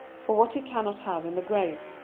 for what he cannot have in the grave.